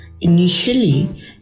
Initially